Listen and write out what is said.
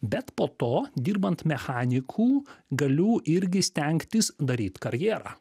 bet po to dirbant mechaniku galių irgi stengtis daryt karjerą